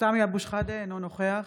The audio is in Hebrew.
סמי אבו שחאדה, אינו נוכח